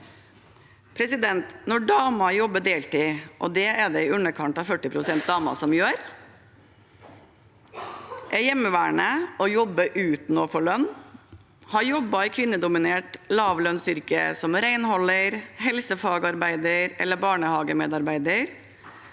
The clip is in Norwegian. fattigdom. Når damer jobber deltid – og det er det i underkant av 40 pst. damer som gjør – er hjemmeværende og jobber uten å få lønn, har jobbet i kvinnedominerte lavlønnsyrker som renholder, helsefagarbeider eller barnehagemedarbeider,